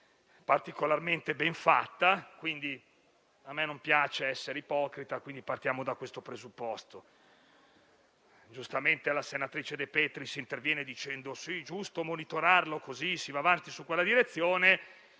particolarmente ben fatta. A me non piace essere ipocrita e, quindi, partiamo da questo presupposto. Giustamente la senatrice De Petris è intervenuta dicendo che è giusto monitorarlo, così si va avanti in quella direzione,